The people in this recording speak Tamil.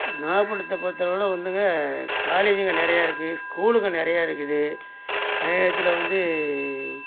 நாகப்பட்டனத்தை பொறுத்தை அளவில் வந்துங்க காலேஜிங்க நிறையா இருக்குது ஸ்கூலுங்க நிறையா இருக்குது அதே நேரத்தில் வந்து